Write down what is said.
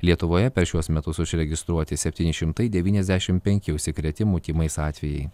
lietuvoje per šiuos metus užregistruoti septyni šimtai devyniasdešim penki užsikrėtimų tymais atvejai